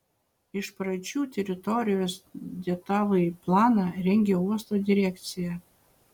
iš pradžių teritorijos detalųjį planą rengė uosto direkcija